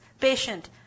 patient